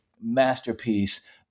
masterpiece